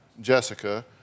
Jessica